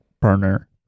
burner